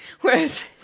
whereas